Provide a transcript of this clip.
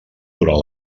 durant